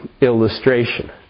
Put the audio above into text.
illustration